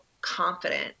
confident